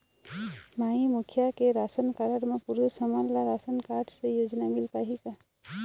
माई मुखिया के ration card म पुरुष हमन ला राशन कारड से योजना मिल पाही का?